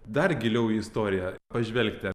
dar giliau į istoriją pažvelgti